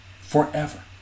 forever